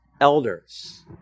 elders